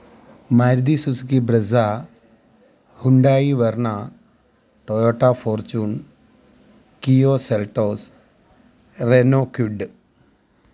Maruti Suzuki Brezza Hyundai Verna Toyota fortune Kia Seltos Renault Kwid